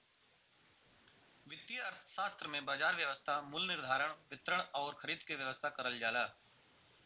वित्तीय अर्थशास्त्र में बाजार व्यवस्था मूल्य निर्धारण, वितरण आउर खरीद क व्यवस्था करल जाला